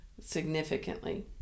significantly